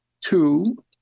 Two